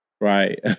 right